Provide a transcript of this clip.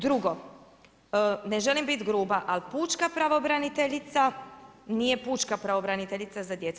Drugo, ne želim biti gruba ali pučka pravobraniteljica nije pučka pravobraniteljica za djecu.